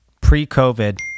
pre-COVID